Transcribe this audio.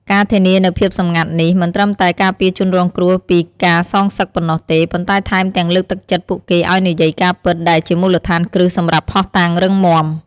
ការធានានូវភាពសម្ងាត់នេះ មិនត្រឹមតែការពារជនរងគ្រោះពីការសងសឹកប៉ុណ្ណោះទេ ប៉ុន្តែថែមទាំងលើកទឹកចិត្តពួកគេឲ្យនិយាយការពិត ដែលជាមូលដ្ឋានគ្រឹះសម្រាប់ភស្តុតាងរឹងមាំ។